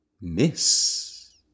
Miss